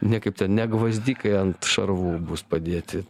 ne kaip ten ne gvazdikai ant šarvų bus padėti